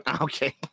Okay